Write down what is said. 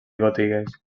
botigues